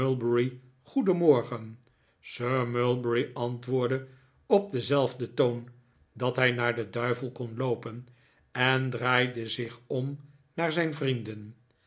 sir mulberry antwoordde op denzelfden toon dat hij naar den duivel kon loopen en draaide zich om naar zijn vrienden